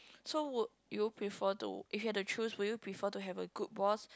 so would you prefer to if you have to choose would you prefer to have a good boss